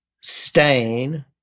stain